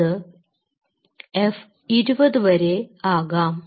അത് F 20 വരെയാകാം